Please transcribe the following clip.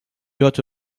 haute